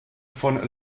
von